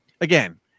Again